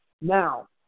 Now